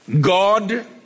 God